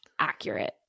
accurate